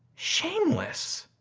shameless.